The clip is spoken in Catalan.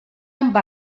amb